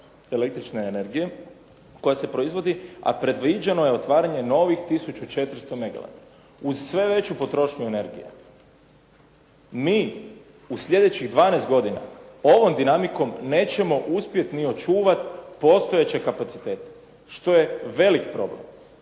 električne energije koja se proizvodi, a predviđeno je otvaranje novih tisuću 400 megawata. Uz sve veću potrošnju energije, mi u sljedećih 12 godina ovom dinamikom nećemo uspjeti ni očuvati postojeće kapacitete, što je velik problem.